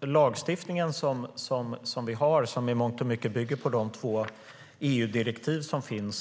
lagstiftning vi har bygger i mångt och mycket på de två EU-direktiv som finns.